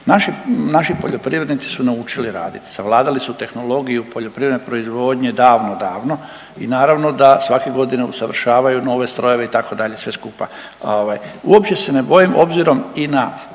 Naši poljoprivrednici su naučili raditi, savladali su tehnologiju poljoprivredne proizvodnje davno, davno i naravno da svake godine usavršavaju nove strojeve itd. sve skupa. Uopće se ne bojim obzirom i na